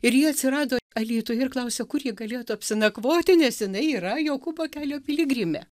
ir ji atsirado alytuje ir klausia kur ji galėtų apsinakvoti nes jinai yra jokūbo kelio piligrimė